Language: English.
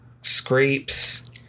scrapes